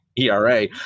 era